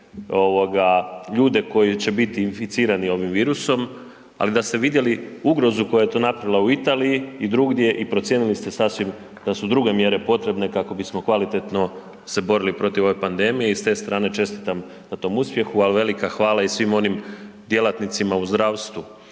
ljude koji će biti inficirani ovim virusom, ali da ste vidjeli ugrozu koja je to napravila u Italiji i drugdje i procijenili ste sasvim da su druge mjere potrebne kako bismo kvalitetno se borili protiv ove pandemije i s te strane čestitam na tom uspjehu, a velika hvala i svim onim djelatnicima u zdravstvu,